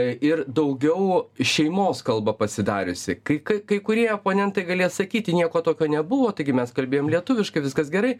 ir daugiau šeimos kalba pasidariusi kai kai kai kurie oponentai galės sakyti nieko tokio nebuvo taigi mes kalbėjom lietuviškai viskas gerai